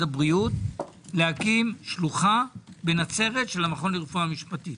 הבריאות להקים שלוחה בנצרת של המכון לרפואה משפטית.